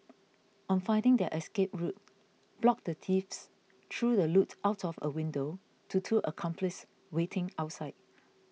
on finding their escape route blocked the thieves threw the loot out of a window to two accomplices waiting outside